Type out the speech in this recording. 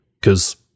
because-